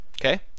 okay